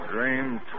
Dream